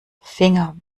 finger